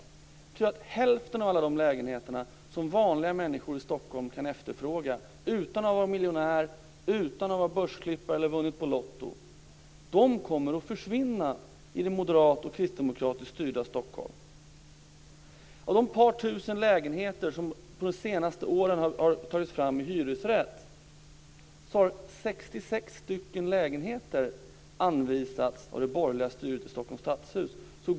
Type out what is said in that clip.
Det är hälften av alla de lägenheter som vanliga människor i Stockholm kan efterfråga utan att vara miljonärer, börsklippare eller ha vunnit på Lotto. De kommer att försvinna i det moderat och kristdemokratiskt styrda Stockholm. Av de ett par tusen lägenheter som de senaste åren har tagits fram i hyresrätt har 66 lägenheter anvisats av det borgerliga styret i Stockholms stadshus.